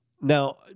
now